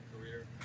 career